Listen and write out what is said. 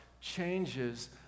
changes